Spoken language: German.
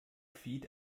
feed